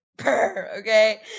Okay